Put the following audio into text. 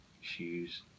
shoes